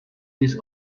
this